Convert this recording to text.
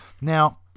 now